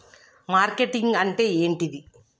Marketing అంటే ఏంటిది?